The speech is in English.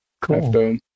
Cool